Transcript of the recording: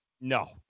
No